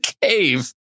cave